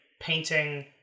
painting